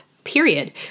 period